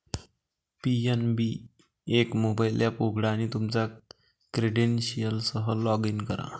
PNB एक mobile app उघडा आणि तुमच्या क्रेडेन्शियल्ससह लॉग इन करा